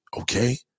Okay